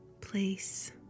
place